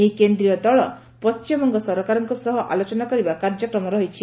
ଏହି କେନ୍ଦୀୟ ଦଳ ପଶ୍ଚିମବଙ୍ଗ ସରକାରଙ୍କ ସହ ଆଲୋଚନା କରିବା କାର୍ଯ୍ୟକ୍ମ ରହିଛି